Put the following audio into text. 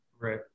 Right